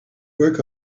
work